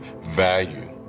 value